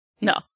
No